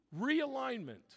realignment